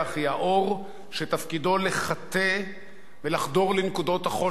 היא האור שתפקידו לחטא ולחדור לנקודות החושך